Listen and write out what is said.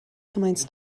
gymaint